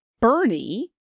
Bernie